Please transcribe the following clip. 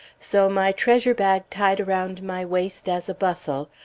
so my treasure-bag tied around my waist as a bustle,